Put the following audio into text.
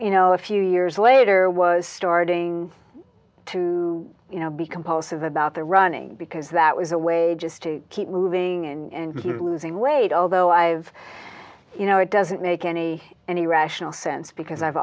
you know a few years later was starting to you know be compulsive about the running because that was a way just to keep moving and was a weight although i've you know it doesn't make any any rational sense because i've